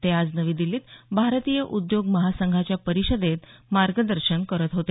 ते आज नवी दिल्लीत भारतीय उद्योग महासंघाच्या परिषदेत मार्गदर्शन करत होते